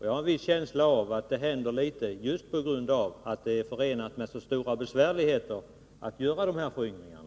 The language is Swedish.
Jag har en känsla av att detta beror just på att det är förenat med så stora besvärligheter att göra föryngringarna.